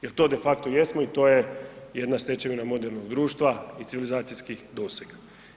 Jel to defakto jesmo i to je jedna stečevina modernog društva i civilizacijskih dosega.